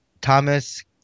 Thomas